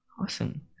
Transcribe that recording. awesome